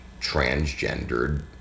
transgendered